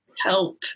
help